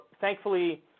thankfully